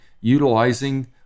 utilizing